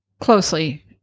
closely